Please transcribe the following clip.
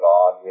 God